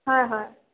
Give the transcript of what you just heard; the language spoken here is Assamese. হয় হয়